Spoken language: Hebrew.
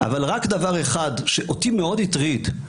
אבל רק דבר אחד שאותי מאוד הטריד.